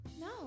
No